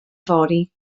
fory